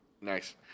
nice